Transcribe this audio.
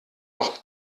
doch